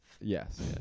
Yes